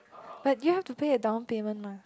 but you have to pay a down payment mah